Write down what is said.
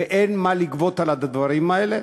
ואין לגבות על הדברים האלה.